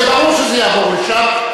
זה ברור שזה יעבור לשם,